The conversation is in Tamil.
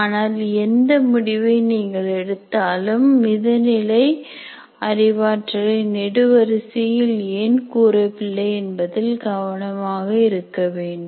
ஆனால் எந்த முடிவை நீங்கள் எடுத்தாலும் மித நிலை அறிவாற்றலை நெடு வரிசையில் ஏன் கூறவில்லை என்பதில் கவனமாக இருக்க வேண்டும்